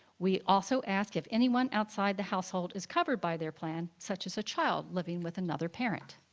we also ask if anyone outside the household is covered by their plan, such as a child living with another parent.